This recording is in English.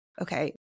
okay